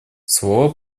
слова